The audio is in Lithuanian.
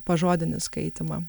pažodinį skaitymą